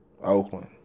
Oakland